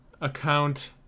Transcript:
account